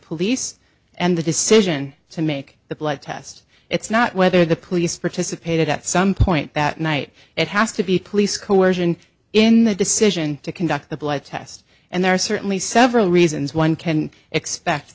police and the decision to make the blood test it's not whether the police participated at some point that night it has to be police coercion in the decision to conduct a blood test and there are certainly several reasons one can expect